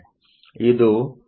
ಇದು 143𝞹a03 ಆಗಿದೆ